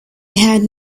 had